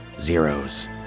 zeros